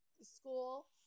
school